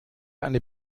eine